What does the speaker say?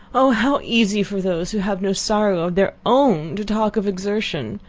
oh! how easy for those, who have no sorrow of their own to talk of exertion!